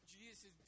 Jesus